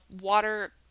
water